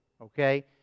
okay